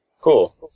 Cool